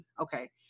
Okay